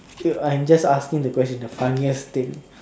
dude I'm just asking the question the funniest thing